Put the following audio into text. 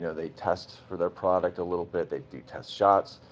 you know they test for their product a little bit, they do test shots.